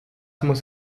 muss